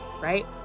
right